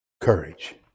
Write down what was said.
Courage